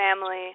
family